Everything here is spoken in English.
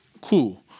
Cool